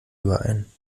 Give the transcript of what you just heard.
überein